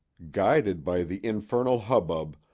guided by the infernal hubbub,